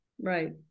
right